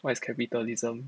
what is capitalism